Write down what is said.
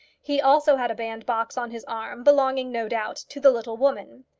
he also had a bandbox on his arm belonging, no doubt, to the little woman.